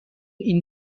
این